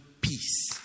peace